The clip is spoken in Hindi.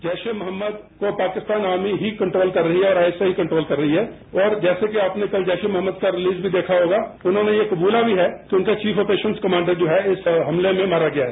जैश ए मोहम्मद को पाकिस्तान आर्मी ही कंट्रोल कर रही है और आईएसआई ही और जैसे की आप ने कल जैश ए मोहम्मद रिलीज भी देखा होगा कि उन्होंने यह कबूला भी है कि उनका चीफ ऑफ ऑपरेशन कमांडर जो है इस हमले में मारा गया है